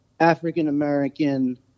African-American